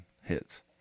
hits